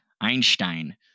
Einstein